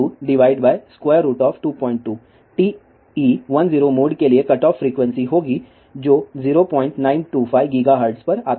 तो 1372 22 TE10 mode के लिए कटऑफ फ्रीक्वेंसी होगी जो 0925 गीगाहर्ट्ज पर आता है